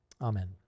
Amen